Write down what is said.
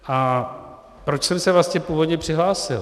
A proč jsem se vlastně původně přihlásil?